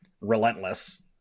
Relentless